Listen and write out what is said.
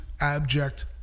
abject